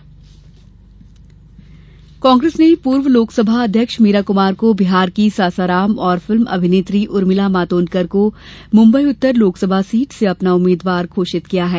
कांग्रेस सूची कांग्रेस ने पूर्व लोकसभा अध्यक्ष मीरा कुमार को बिहार की सासाराम और फिल्म अभिनेत्री उर्मिला मातोंडकर को मुंबई उत्तर लोकसभा सीट से अपना उम्मीदवार घोषित किया है